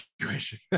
situation